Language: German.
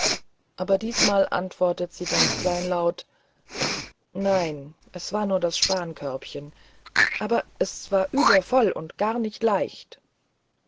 aber diesmal antwortet sie ganz kleinlaut nein es war nur das spankörbchen aber es war übervoll und gar nicht leicht